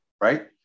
right